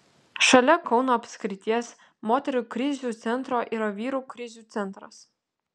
šalia kauno apskrities moterų krizių centro yra vyrų krizių centras